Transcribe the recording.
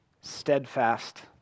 steadfast